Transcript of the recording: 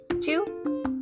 Two